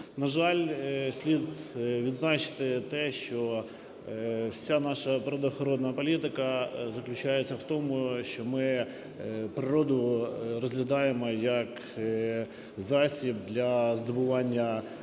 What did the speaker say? На жаль, слід відзначити те, що вся наша природоохоронна політика заключається в тому, що ми природу розглядаємо, як засіб для здобування